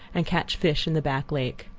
and catch fish in the back lake.